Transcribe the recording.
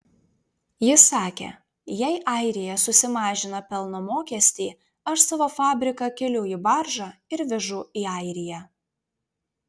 jis sakė jei airija susimažina pelno mokestį aš savo fabriką keliu į baržą ir vežu į airiją